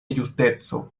justeco